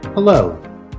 Hello